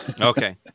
Okay